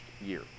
year